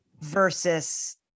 versus